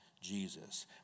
Jesus